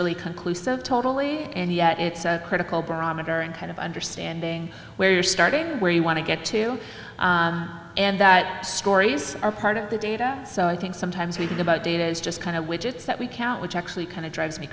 really conclusive totally and yet it's a critical barometer in kind of understanding where you're starting where you want to get to and the stories are part of the data so i think sometimes we think about data is just kind of widgets that we count which actually kind of drives me